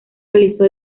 realizó